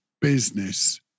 business